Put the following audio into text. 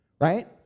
Right